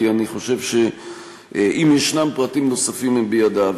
כי אני חושב שאם יש פרטים נוספים הם בידיו.